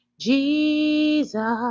Jesus